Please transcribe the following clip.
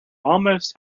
almost